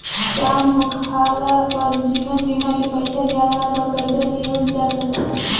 काम होखाला पर जीवन बीमा के पैसा के आधार पर कर्जा लिहल जा सकता